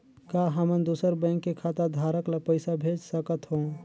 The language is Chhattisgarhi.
का हमन दूसर बैंक के खाताधरक ल पइसा भेज सकथ हों?